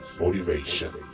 motivation